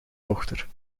dochter